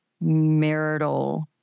marital